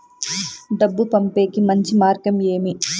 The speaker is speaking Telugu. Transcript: డబ్బు పంపేకి మంచి మార్గం ఏమి